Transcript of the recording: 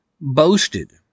boasted